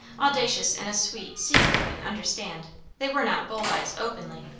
audacious in a sweet, secret way, understand they were not bold eyes, openly.